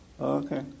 Okay